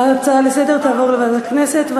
ההצעה לסדר-היום תעבור לוועדת הכנסת.